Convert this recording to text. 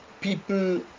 People